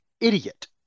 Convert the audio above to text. idiot